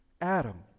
Adam